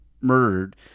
murdered